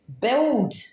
build